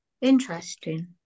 interesting